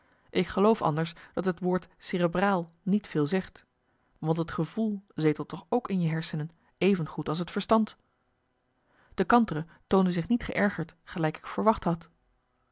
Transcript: ik geloof anders dat het woord cerebraal niet veel zegt want het gevoel zetelt toch ook in je hersenen even goed als het verstand de kantere toonde zich niet geërgerd gelijk ik verwacht had